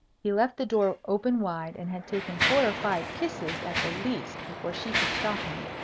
he left the door open wide, and had taken four or five kisses at the least before she could stop him.